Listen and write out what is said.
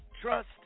Trust